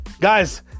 Guys